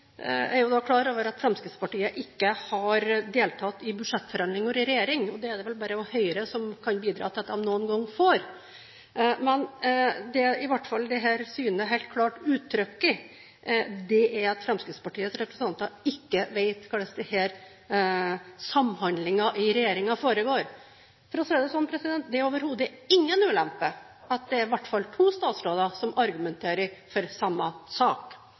Jeg er klar over at Fremskrittspartiet ikke har deltatt i budsjettforhandlinger i regjering – det er det vel bare Høyre som kan bidra til at de noen gang får gjort – men det dette synet i hvert fall helt klart uttrykker, er at Fremskrittspartiets representanter ikke vet hvordan samhandlingen i regjeringen foregår. For å si det sånn: Det er overhodet ingen ulempe at det i hvert fall er to statsråder som argumenterer for samme sak.